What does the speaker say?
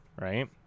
right